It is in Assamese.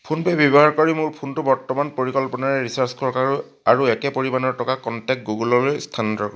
ফোনপে ব্যৱহাৰ কৰি মোৰ ফোনটো বৰ্তমান পৰিকল্পনাৰে ৰিচাৰ্জ কৰক আৰু আৰু একে পৰিমাণৰ টকা কণ্টেক্ট গুগুললৈ স্থানান্তৰ কৰ